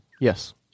Yes